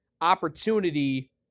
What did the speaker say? opportunity